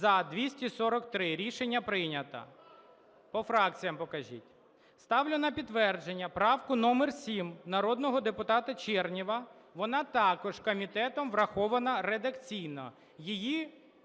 За-243 Рішення прийнято. По фракціях покажіть. Ставлю на підтвердження правку номер 7 народного депутата Чернєва, вона також комітетом врахована редакційно.